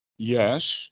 Yes